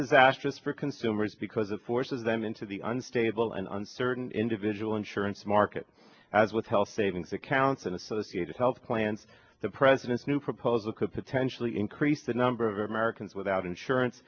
disastrous for consumers because it forces them into the unstable and uncertain individual insurance market as with health savings accounts and associated health plans the president's new proposal could potentially increase the number of americans without insurance